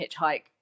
hitchhike